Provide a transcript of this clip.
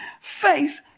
faith